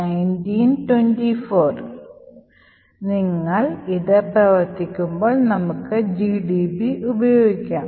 നിങ്ങൾ ഇത് പ്രവർത്തിപ്പിക്കുമ്പോൾ നമുക്ക് gdb ഉപയോഗിക്കാം